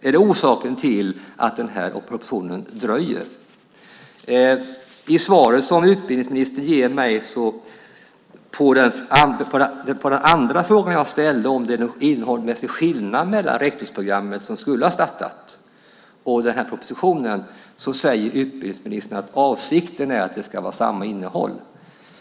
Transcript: Är det orsaken till att propositionen dröjer? I det svar som utbildningsministern ger mig på den andra fråga jag ställde, om det är någon innehållsmässig skillnad mellan det rektorsprogram som skulle ha startat och det som beskrivs i propositionen, säger han att avsikten är att det ska vara samma innehåll.